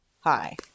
Hi